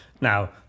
Now